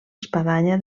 espadanya